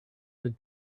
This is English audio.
had